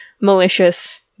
malicious